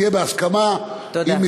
איפה שלמה וצדק יהיה לך